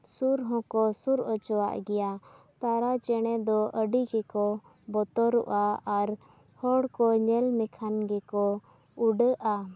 ᱥᱩᱨ ᱦᱚᱸᱠᱚ ᱥᱩᱨ ᱚᱪᱚᱣᱟᱜ ᱜᱮᱭᱟ ᱛᱟᱨᱟ ᱪᱮᱬᱮ ᱫᱚ ᱟᱹᱰᱤ ᱜᱮᱠᱚ ᱵᱚᱛᱚᱨᱚᱜᱼᱟ ᱟᱨ ᱦᱚᱲ ᱠᱚ ᱧᱮᱞ ᱢᱮᱢ ᱮᱠᱷᱟᱱ ᱜᱮᱠᱚ ᱩᱰᱟᱹᱜᱼᱟ